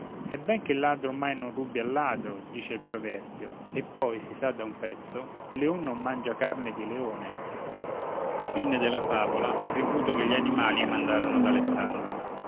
che il ladro mai non rubi al ladro dice il proverbio e poi si sa da un pezzo leon non mangia carne di eone e che